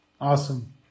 awesome